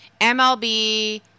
MLB